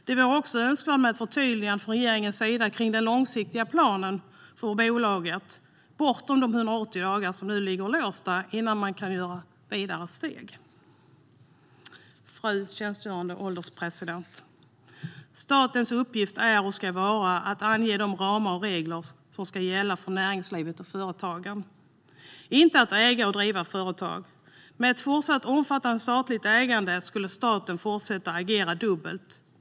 Det vore också önskvärt med ett förtydligande från regeringens sida av den långsiktiga planen för bolaget bortom de 180 dagar som nu ligger låsta innan man kan ta vidare steg. Fru ålderspresident! Statens uppgift är och ska vara att ange de ramar och regler som ska gälla för näringslivet och företagen, inte att äga och driva företag. Med ett fortsatt omfattande statligt ägande skulle staten fortsätta att agera dubbelt.